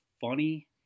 funny